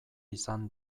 izan